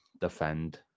defend